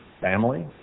Family